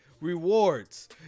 rewards